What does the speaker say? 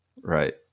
Right